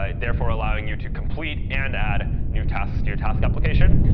ah therefore allowing you to complete and add new tasks to your task application.